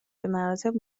بمراتب